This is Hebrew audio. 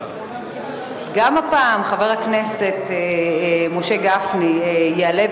גם הפעם חבר הכנסת משה גפני יעלה,